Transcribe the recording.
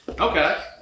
Okay